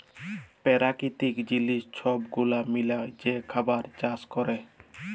পেরাকিতিক জিলিস ছব গুলা মিলায় যে খাবার চাষ ক্যরে